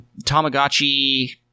Tamagotchi